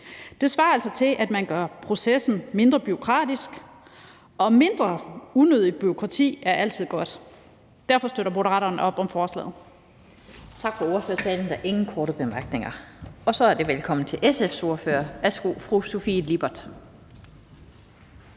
Det svarer altså til, at man gør processen mindre bureaukratisk, og mindre unødigt bureaukrati er altid godt. Derfor støtter Moderaterne op om forslaget.